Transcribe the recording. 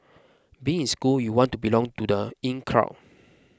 being in school you want to belong to the in crowd